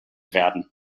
werden